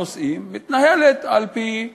בכל הנושאים, מתנהלת על-פי חוקים.